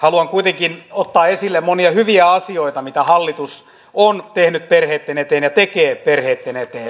haluan kuitenkin ottaa esille monia hyviä asioita mitä hallitus on tehnyt perheitten eteen ja tekee perheitten eteen